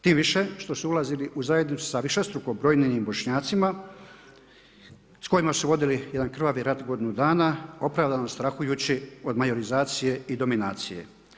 Tim više što su ulazili u zajednicu sa višestruko brojnijim Bošnjacima s kojima su vodili jedan krvavi rat godinu dana, opravdano strahujući od majorizacije i dominacije.